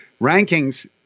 rankings